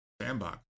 sandbox